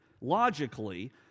logically